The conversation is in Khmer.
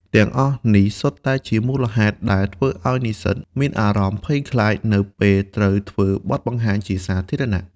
ទាំងអស់នេះសុទ្ធតែជាមូលហេតុដែលធ្វើឱ្យនិស្សិតមានអារម្មណ៍ភ័យខ្លាចនៅពេលត្រូវធ្វើបទបង្ហាញជាសាធារណៈ។